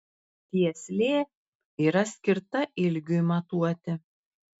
tieslė yra skirta ilgiui matuoti